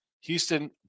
Houston